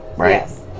Yes